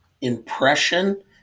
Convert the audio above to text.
impression